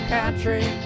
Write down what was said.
Country